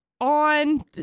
on